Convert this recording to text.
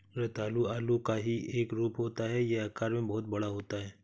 रतालू आलू का ही एक रूप होता है यह आकार में बहुत बड़ा होता है